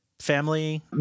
family